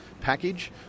package